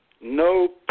no